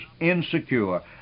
insecure